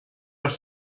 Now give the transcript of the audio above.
los